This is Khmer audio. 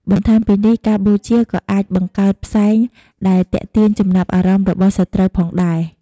បន្ថែមពីនេះ ការបូជាក៏អាចបង្កើតផ្សែងដែលទាក់ទាញចំណាប់អារម្មណ៍របស់សត្រូវផងដែរ។